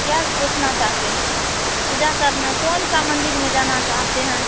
आप क्या देखना चाहते हैं पूजा करने कौन से मन्दिर में जाना चाहते हैं